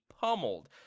pummeled